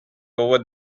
over